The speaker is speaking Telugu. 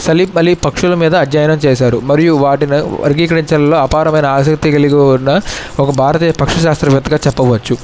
సలీం అలీ పక్షుల మీద అధ్యయనం చేసారు మరియు వాటిని వర్గీకరించడంలో అపారమైన ఆసక్తి కలిగి ఉన్న ఒక భారతీయ పక్షి శాస్త్రవేత్తగా చెప్పవచ్చు